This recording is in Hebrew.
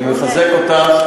אני מחזק אותך,